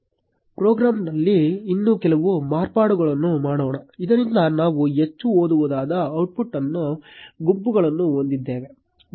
ಪ್ರೋಗ್ರಾಂನಲ್ಲಿ ಇನ್ನೂ ಕೆಲವು ಮಾರ್ಪಾಡುಗಳನ್ನು ಮಾಡೋಣ ಇದರಿಂದ ನಾವು ಹೆಚ್ಚು ಓದಬಹುದಾದ ಔಟ್ಪುಟ್ನ ಗುಂಪನ್ನು ಹೊಂದಿದ್ದೇವೆ